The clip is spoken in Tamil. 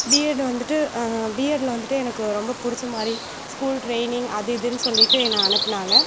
பிஎட் வந்துட்டு பிஎட்டுல வந்துட்டு எனக்கு ரொம்ப பிடிச்சமாரி ஸ்கூல் ட்ரைனிங் அது இதுன்னு சொல்லிட்டு என்னை அனுப்பினாங்க